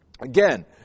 Again